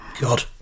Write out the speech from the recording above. God